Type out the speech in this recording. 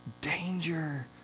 Danger